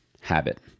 habit